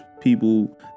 people